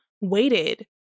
waited